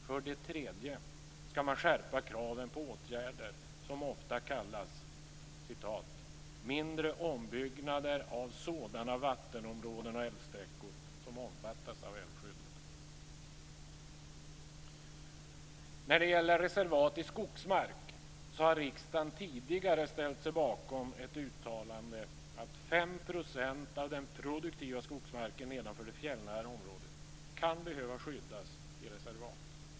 För det tredje skall man skärpa kraven på åtgärder som ofta kallas "mindre ombyggnader av sådana vattenområden och älvsträckor som omfattas av älvskyddet". Beträffande reservat i skogsmark har riksdagen tidigare ställt sig bakom ett uttalande att 5 % av den produktiva skogsmarken nedanför det fjällnära området kan behöva skyddas i reservat.